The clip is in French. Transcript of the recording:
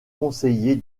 conseillers